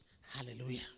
Hallelujah